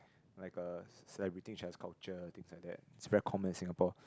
like uh celebrating trans culture things like that is very common in Singapore